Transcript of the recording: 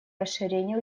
расширения